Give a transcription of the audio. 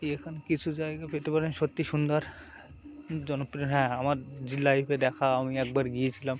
এখান কিছু জায়গা পেতে পারেন সত্যিই সুন্দর জনপ্রিয় হ্যাঁ আমার যে লাইফে দেখা আমি একবার গিয়েছিলাম